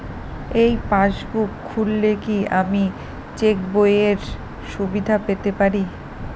এই পাসবুক খুললে কি আমি চেকবইয়ের সুবিধা পেতে পারি?